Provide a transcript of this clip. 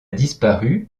disparu